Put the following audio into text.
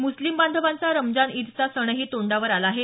मुस्लिम बांधवांचा रमजान ईदचा सणही तोंडावर आला आहे